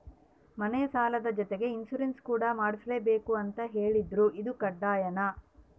ಮನೆ ಸಾಲದ ಜೊತೆಗೆ ಇನ್ಸುರೆನ್ಸ್ ಕೂಡ ಮಾಡ್ಸಲೇಬೇಕು ಅಂತ ಹೇಳಿದ್ರು ಇದು ಕಡ್ಡಾಯನಾ?